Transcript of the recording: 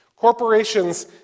Corporations